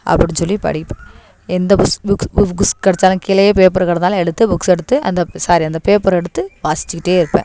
அப்படின்னு சொல்லி படிப்பேன் எந்த புக்ஸ் புக்ஸ் புக்ஸ் புக்ஸ் கிடைச்சாலும் கீழேயே பேப்பர் கிடந்தாலும் எடுத்து புக்ஸ் எடுத்து அந்த சாரி அந்த பேப்பர் எடுத்து வாசிச்சிக்கிட்டே இருப்பேன்